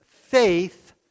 Faith